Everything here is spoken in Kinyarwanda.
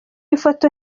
ifoto